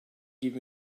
give